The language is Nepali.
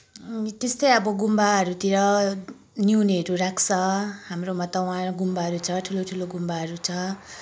त्यस्तै अब गुम्बाहरूतिर न्युनेहरू राख्छ हाम्रोमा त वहाँ गुम्बाहरू छ ठुलो ठुलो गुम्बाहरू छ